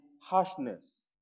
harshness